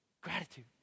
gratitude